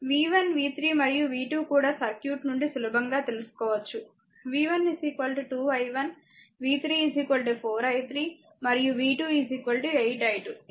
v1 v3 మరియు v2 కూడా circuit నుండి సులభంగా తెలుసుకొనవచ్చు v1 2 i1 v3 4 i3 మరియు v 2 8 i2